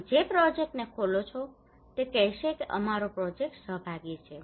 તમે જે પ્રોજેક્ટને ખોલો છો તે કહેશે કે અમારો પ્રોજેક્ટ સહભાગી છે